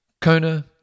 Kona